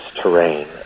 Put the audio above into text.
terrain